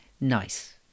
nice